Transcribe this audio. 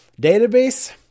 Database